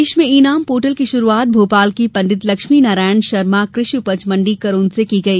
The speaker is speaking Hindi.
देश में ई नाम पोर्टल की शुरूआत भोपाल की पण्डित लक्ष्मीनारायण शर्मा कृषि उपज मण्डी करोंद से की गई